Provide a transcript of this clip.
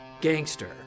Gangster